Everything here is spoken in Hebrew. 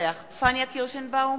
פניה קירשנבאום,